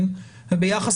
וביחס